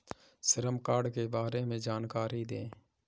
श्रम कार्ड के बारे में जानकारी दें?